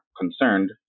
concerned